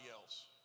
else